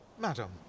Madam